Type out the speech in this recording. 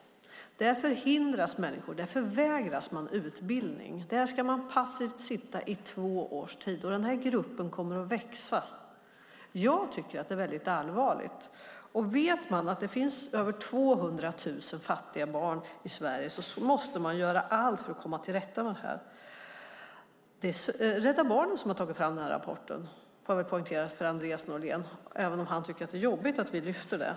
Där förhindras människor, där förvägras man utbildning. Där ska man passivt sitta i två års tid. Den här gruppen kommer att växa. Jag tycker att det är allvarligt. Vet man att det finns över 200 000 fattiga barn i Sverige måste man göra allt för att komma till rätta med det. Det är Rädda Barnen som har tagit fram den nämnda rapporten. Det får jag poängtera för Andreas Norlén även om han tycker att det är jobbigt att vi lyfter fram den.